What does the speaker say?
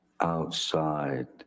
outside